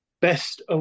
Best